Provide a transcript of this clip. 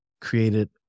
created